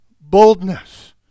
boldness